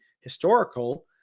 historical